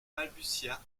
balbutia